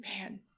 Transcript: man